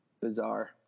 bizarre